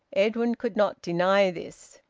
edwin could not deny this.